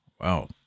Wow